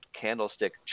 candlestick